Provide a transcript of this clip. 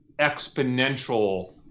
exponential